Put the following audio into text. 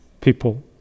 people